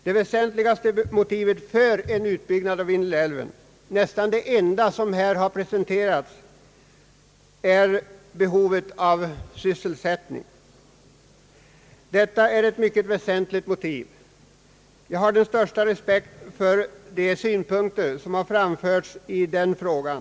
Det väsentligaste motivet för en ut byggnad av Vindelälven — nästan det enda som här har presenterats — gäl ler behovet av sysselsättning. Det motivet är ytterst betydelsefullt, och jag har den största respekt för de synpunkter som framförts i den frågan.